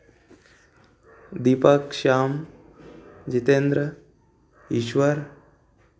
Deepak Shyam Jitendra Ishwar